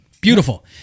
Beautiful